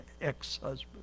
ex-husband